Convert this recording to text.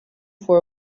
for